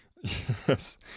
Yes